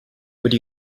would